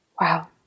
Wow